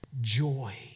joy